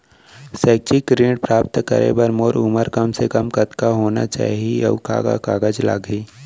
शैक्षिक ऋण प्राप्त करे बर मोर उमर कम से कम कतका होना चाहि, अऊ का का कागज लागही?